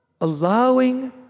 Allowing